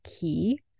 key